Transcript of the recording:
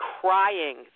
crying